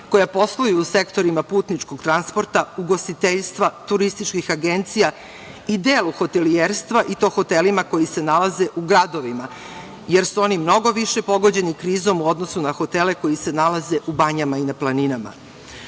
koja posluju u sektorima putničkog transporta, ugostiteljstva, turističkih agencija i delu hotelijerstva, i to hotelima koji se nalaze u gradovima, jer su oni mnogo više pogođeni krizom u odnosu na hotele koji se nalaze u banjama i na planinama.